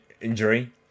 injury